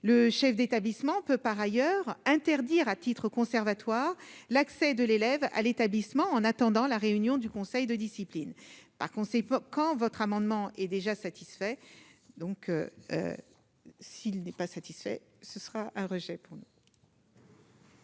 le chef d'établissement peut par ailleurs interdire à titre conservatoire l'accès de l'élève à l'établissement, en attendant la réunion du conseil de discipline, par conséquent, quand va. L'amendement est déjà satisfait donc, s'il n'est pas satisfait, ce sera un rejet pour nous.